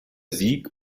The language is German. sieg